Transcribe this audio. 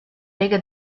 lega